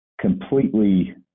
completely